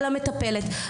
על המטפלת,